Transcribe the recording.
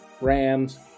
rams